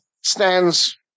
stands